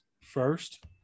first